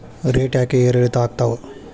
Rate ಯಾಕೆ ಏರಿಳಿತ ಆಗ್ತಾವ?